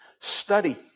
study